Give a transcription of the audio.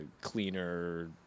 cleaner